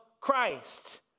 Christ